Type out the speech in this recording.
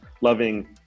loving